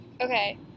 Okay